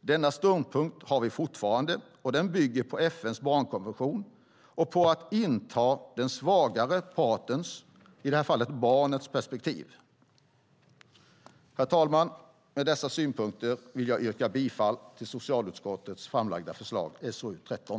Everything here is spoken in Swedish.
Denna ståndpunkt har vi fortfarande, och den bygger på FN:s barnkonvention och på att inta den svagare partens, barnets, perspektiv. Herr talman! Med dessa synpunkter vill jag yrka bifall till socialutskottets framlagda förslag i betänkande SoU13.